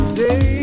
day